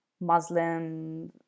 muslim